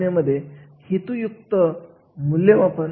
यामध्ये प्रत्येक कार्याचे विवरण समाविष्ट असते